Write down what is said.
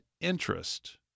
interest